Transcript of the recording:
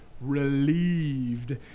relieved